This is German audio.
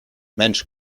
mensch